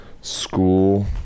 school